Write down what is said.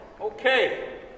Okay